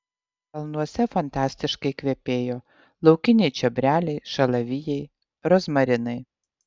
kalnuose fantastiškai kvepėjo laukiniai čiobreliai šalavijai rozmarinai